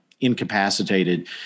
incapacitated